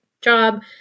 job